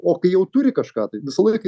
o kai jau turi kažką tai visą laiką